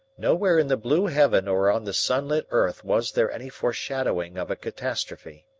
nowhere in the blue heaven or on the sunlit earth was there any foreshadowing of a catastrophe.